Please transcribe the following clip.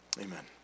Amen